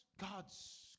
God's